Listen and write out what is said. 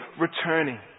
returning